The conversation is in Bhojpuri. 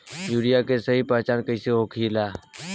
यूरिया के सही पहचान कईसे होखेला?